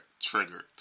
triggered